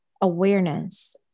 awareness